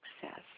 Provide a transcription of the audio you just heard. success